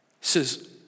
says